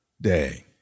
day